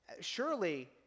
Surely